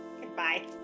Goodbye